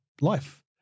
life